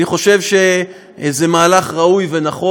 אני חושב שזה מהלך ראוי ונכון.